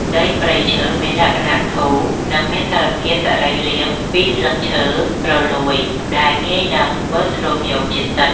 ដីព្រៃឈើមានលក្ខណៈធូរ និង មានសារធាតុសរីរាង្គពីស្លឹកឈើរលួយដែលងាយនឹងបឺតស្រូបយកជាតិទឹក។